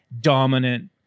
dominant